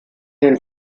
den